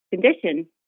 condition